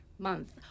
Month